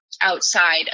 outside